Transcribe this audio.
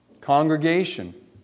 Congregation